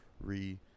re